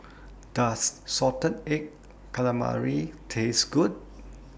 Does Salted Egg Calamari Taste Good